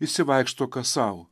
išsivaikšto kas sau